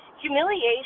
Humiliation